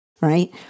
right